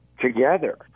together